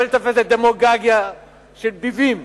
לא להיתפס לדמגוגיה של ביבים.